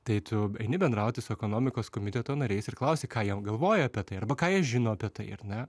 tai tu eini bendrauti su ekonomikos komiteto nariais ir klausi ką jie galvoja apie tai arba ką jie žino apie tai ar ne